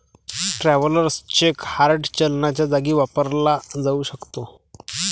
travellers cheque hard चलनाच्या जागी वापरला जाऊ शकतो